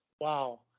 Wow